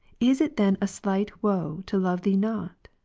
is it then a slight woe to love thee not?